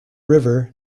river